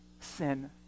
sin